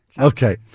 Okay